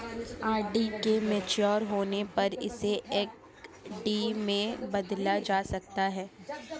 RD के mature होने पर इसे एफ.डी में बदला जा सकता है